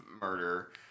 murder